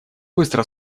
быстро